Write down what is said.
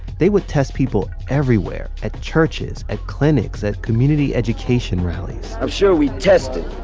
they would test people everywhere at churches, at clinics, at community education rallies i'm sure we tested